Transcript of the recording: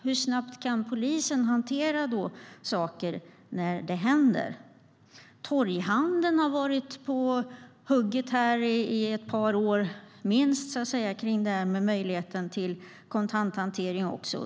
Hur snabbt kan polisen hantera saker när de händer? Torghandeln har också varit på hugget i minst ett par år när det gäller möjligheten till kontanthantering.